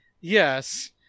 Yes